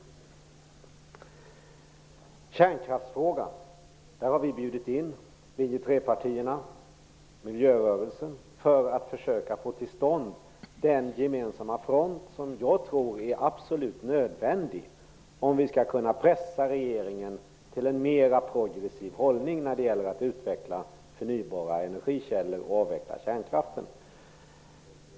I kärnkraftsfrågan har vi bjudit in linje-trepartierna och miljörörelsen för att försöka få till stånd den gemensamma front som jag tror är absolut nödvändig om vi skall kunna pressa regeringen till en mera progressiv hållning när det gäller att utveckla förnybara energikällor och avveckla kärnkraften.